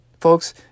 Folks